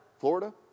Florida